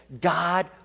God